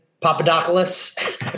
Papadopoulos